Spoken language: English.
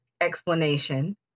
explanation